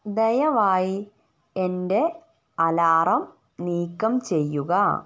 ദയവായി എന്റെ അലാറം നീക്കം ചെയ്യുക